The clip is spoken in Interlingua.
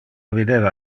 videva